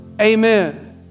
amen